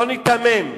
המשפט האחרון: לא ניתמם,